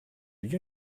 you